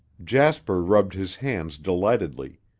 jasper rubbed his hands delightedly.